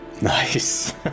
nice